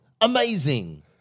amazing